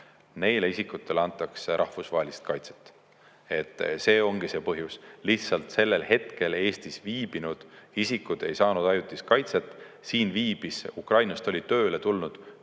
neile isikutele antakse rahvusvahelist kaitset. See ongi see põhjus. Lihtsalt sellel hetkel Eestis viibinud isikud ei saa ajutist kaitset. Ukrainast oli tulnud